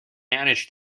manage